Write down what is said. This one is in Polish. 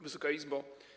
Wysoka Izbo!